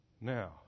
Now